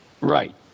Right